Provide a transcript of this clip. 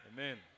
Amen